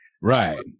Right